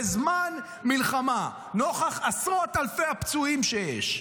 בזמן מלחמה, נוכח עשרות אלפי הפצועים שיש,